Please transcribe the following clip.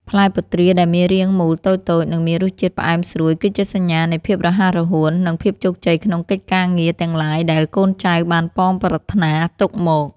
ផ្លែពុទ្រាដែលមានរាងមូលតូចៗនិងមានរសជាតិផ្អែមស្រួយគឺជាសញ្ញានៃភាពរហ័សរហួន និង ភាពជោគជ័យក្នុងកិច្ចការងារទាំងឡាយដែលកូនចៅបានប៉ងប្រាថ្នាទុកមក។